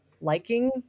liking